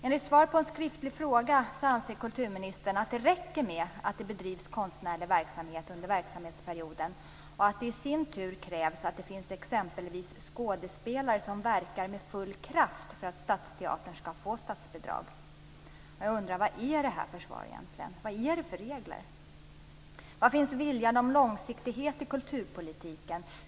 Enligt svar på en skriftlig fråga anser kulturministern att det räcker med att det bedrivs konstnärlig verksamhet under verksamhetsperioden och att det i sin tur krävs att det finns exempelvis skådespelare som verkar med full kraft för att stadsteatern skall få statsbidrag. Vad är det för ett svar egentligen? Vad är det för regler? Var finns viljan att ha långsiktighet i kulturpolitiken?